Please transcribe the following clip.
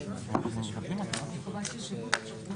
זרים וטיפול בשורדי שואה.